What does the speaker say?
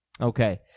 Okay